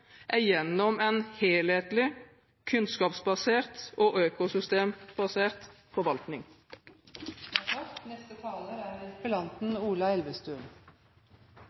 er en helhetlig, kunnskapsbasert og økosystembasert forvaltning.